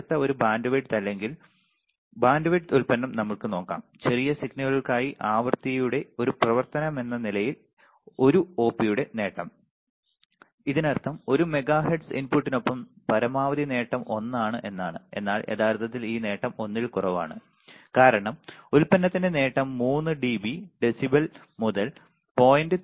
അടുത്ത ഒരു ബാൻഡ്വിഡ്ത്ത് അല്ലെങ്കിൽ ബാൻഡ്വിഡ്ത്ത് ഉൽപ്പന്നം നമുക്ക് നോക്കാം ചെറിയ സിഗ്നലുകൾക്കായുള്ള ആവൃത്തിയുടെ ഒരു പ്രവർത്തനമെന്ന നിലയിൽ ഒരു ഒപിയുടെ നേട്ടം ഇതിനർത്ഥം ഒരു മെഗാ ഹെർട്സ് ഇൻപുട്ടിനൊപ്പം പരമാവധി നേട്ടം 1 ആണ് എന്നാണ് എന്നാൽ യഥാർത്ഥത്തിൽ ഈ നേട്ടം 1 ൽ കുറവാണ് കാരണം ഉൽപ്പന്നത്തിന്റെ നേട്ടം മൂന്ന് ഡിബി ഡെസിബെൽ മുതൽ 0